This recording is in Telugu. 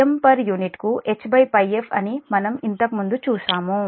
కాబట్టి M పర్ యూనిట్కు HΠf అని మనం ఇంతకు ముందు చూశాము